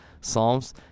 Psalms